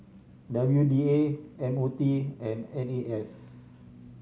W D A M O T and N A S